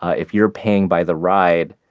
if you're paying by the ride,